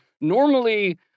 normally